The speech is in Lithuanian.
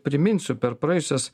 priminsiu per praėjusias